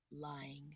lying